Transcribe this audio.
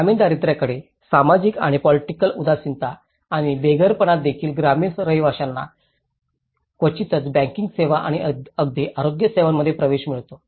ग्रामीण दारिद्र्याकडे सामाजिक आणि पोलिटिकल उदासीनता आणि बेघरपणा देखील ग्रामीण रहिवाशांना क्वचितच बँकिंग सेवा आणि अगदी आरोग्य सेवांमध्ये प्रवेश मिळतो